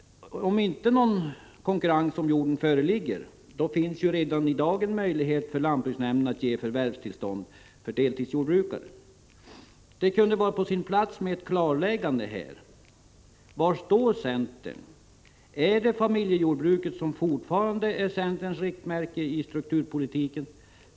Om inte någon konkurrens om jord föreligger, finns ju redan i dag en möjlighet för lantbruksnämnden att ge förvärvstillstånd för deltidsjordbrukaren. Det kunde här vara på sin plats med ett klarläggande: Var står centern? Är det familjejordbruket som fortfarande är centerns riktmärke i strukturpolitiken?